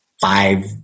five